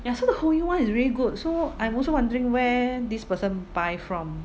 ya so the Hoyu [one] is really good so I'm also wondering where this person buy from